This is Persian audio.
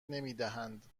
نمیدهند